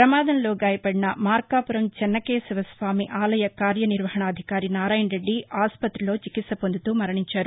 పమాదంలో గాయపడిన మార్కాపురం చెన్నకేశవ స్వామి ఆలయ కార్యనిర్వాహణాధికారి నారాయణరెడ్డి ఆసుపత్రిలో చికిత్స పొందుతూ మరణించారు